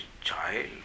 child